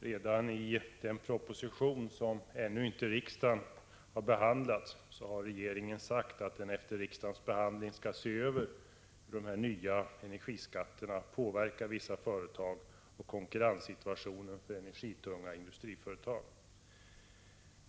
Redan i den proposition som riksdagen ännu inte har behandlat har regeringen sagt att den efter riksdagsbehandlingen skall se över hur de nya energiskatterna påverkar vissa företag och konkurrenssituationen för energitunga industriföretag.